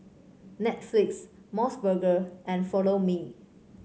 Netflix MOS burger and Follow Me